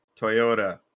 Toyota